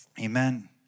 Amen